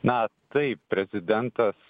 na taip prezidentas